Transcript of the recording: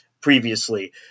previously